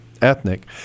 ethnic